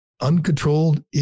uncontrolled